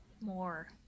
more